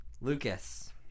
Lucas